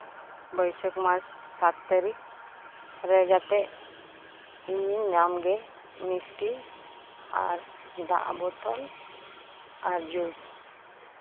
ᱵᱟᱹᱭᱥᱟᱹᱠᱷ ᱢᱟᱥ ᱥᱟᱛ ᱛᱟᱹᱨᱤᱠᱷ ᱨᱮ ᱡᱟᱛᱮᱜ ᱤᱧᱤᱧ ᱧᱟᱢᱜᱮ ᱢᱤᱥᱴᱤ ᱟᱨ ᱫᱟᱜ ᱵᱳᱛᱚᱞ ᱟᱨ ᱡᱩᱥ